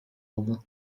aldı